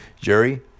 Jerry